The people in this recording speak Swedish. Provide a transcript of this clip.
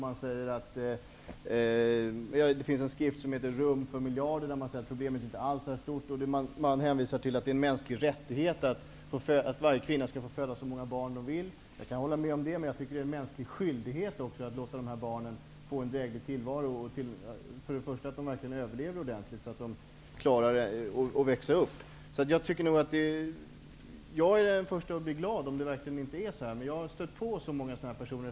I en skrift som heter Rum för miljarder hävdar man att problemet inte alls är så stort. Man hänvisar till att det är en mänsklig rättighet för varje kvinna att föda så många barn hon vill. Jag kan hålla med om det, men jag tycker att det är en mänsklig skyldighet att låta dessa barn få en dräglig tillvaro. Först och främst skall de kunna överleva och växa upp. Jag är den förste att vara glad om det inte är så här. Men jag har stött på så många sådana här personer.